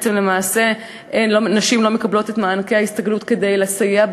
למעשה נשים לא מקבלות את מענקי ההסתגלות שיסייעו